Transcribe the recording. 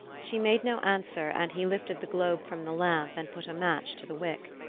she made no answer and he lifted the globe from the lamp and put a match to the wick.